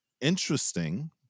interesting